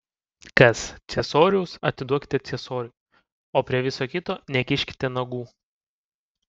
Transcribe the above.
kas ciesoriaus atiduokite ciesoriui o prie viso kito nekiškite nagų